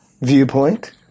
viewpoint